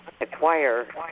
acquire